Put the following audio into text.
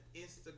Instagram